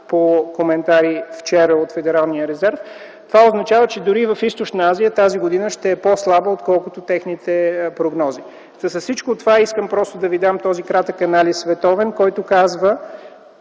по коментари вчера от Федералния резерв, това означава, че дори и в Източна Азия тази година ще е по-слаба, отколкото са техните прогнози. С всичко това искам да ви дам този кратък световен анализ, който казва: